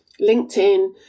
LinkedIn